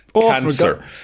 cancer